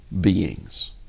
beings